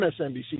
MSNBC